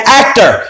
actor